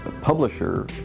publisher